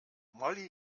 molly